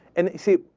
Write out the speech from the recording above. and see,